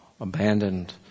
abandoned